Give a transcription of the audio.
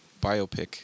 biopic